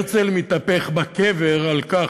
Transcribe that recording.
הרצל מתהפך בקבר על כך